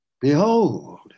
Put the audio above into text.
Behold